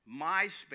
MySpace